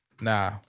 nah